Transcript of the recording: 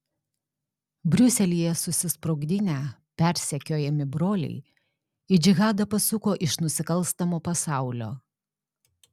briuselyje susisprogdinę persekiojami broliai į džihadą pasuko iš nusikalstamo pasaulio